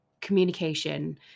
communication